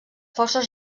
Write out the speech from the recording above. forces